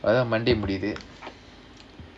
எனக்கு:enakku monday முடியுது:mudiyuthu